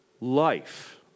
life